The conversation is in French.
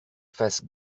faces